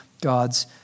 God's